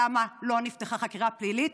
למה לא נפתחה חקירה פלילית,